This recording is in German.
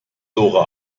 lora